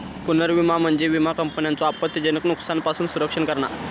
पुनर्विमा म्हणजे विमा कंपन्यांचो आपत्तीजनक नुकसानापासून संरक्षण करणा